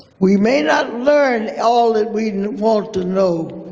we may not learn all that we want to know